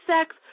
sex